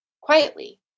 quietly